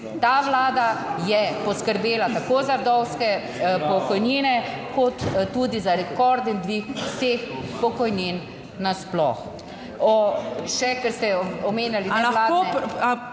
Ta Vlada je poskrbela tako za vdovske pokojnine, kot tudi za rekorden dvig vseh pokojnin nasploh. Še, ko ste omenjali delo